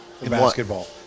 Basketball